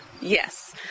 Yes